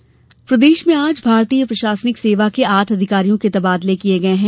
प्रशासनिक सेवा प्रदेश में आज भारतीय प्रशासनिक सेवा के आठ अधिकारियों के तबादले किए गए हैं